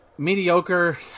Mediocre